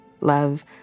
love